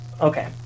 Okay